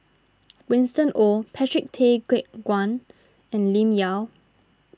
Winston Oh Patrick Tay Teck Guan and Lim Yau